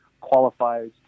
qualifies